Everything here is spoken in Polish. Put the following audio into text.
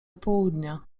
południa